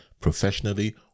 professionally